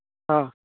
हँ